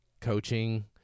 coaching